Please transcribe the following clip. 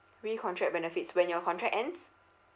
recontract benefits when your contact ends